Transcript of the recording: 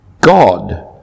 God